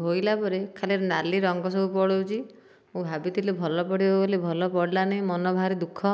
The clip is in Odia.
ଧୋଇଲା ପରେ ଖାଲି ନାଲି ରଙ୍ଗ ସବୁ ପଳାଉଛି ମୁଁ ଭାବିଥିଲି ଭଲ ପଡ଼ିବ ବୋଲି ଭଲ ପଡ଼ିଲା ନାହିଁ ମନ ଭାରି ଦୁଃଖ